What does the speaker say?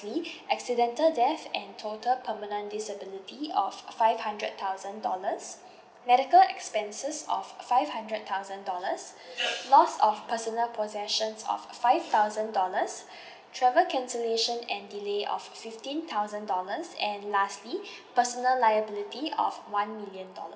accidental death and total permanent disability of five hundred thousand dollars medical expenses of five hundred thousand dollars loss of personal possessions of five thousand dollars travel cancellation and delay of fifteen thousand dollars and lastly personal liability of one million dollars